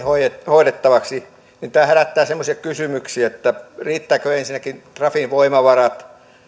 hoidettavaksi tämä herättää semmoisia kysymyksiä että riittävätkö ensinnäkin trafin voimavarat ja